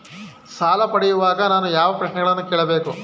ಸಾಲ ಪಡೆಯುವಾಗ ನಾನು ಯಾವ ಪ್ರಶ್ನೆಗಳನ್ನು ಕೇಳಬೇಕು?